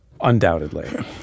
Undoubtedly